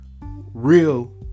Real